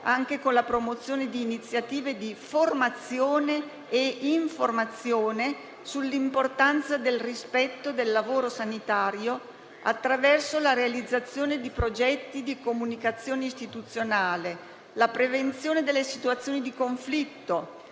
anche con la promozione di iniziative di formazione e informazione sull'importanza del rispetto del lavoro sanitario, attraverso la realizzazione di progetti di comunicazione istituzionale, la prevenzione delle situazioni di conflitto